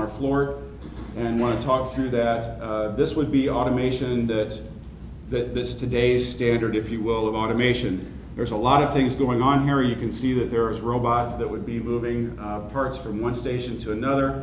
our floor and want to talk to that this would be automation that that this today's standard if you will of automation there's a lot of things going on here you can see that there is robots that would be moving parts from one station to